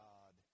God